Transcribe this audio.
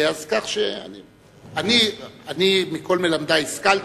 אני מכל מלמדי השכלתי,